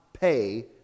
pay